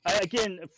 Again